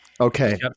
Okay